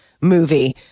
movie